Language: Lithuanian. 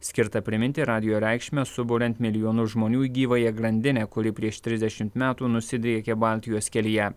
skirtą priminti radijo reikšmę suburiant milijonus žmonių į gyvąją grandinę kuri prieš trisdešimt metų nusidriekė baltijos kelyje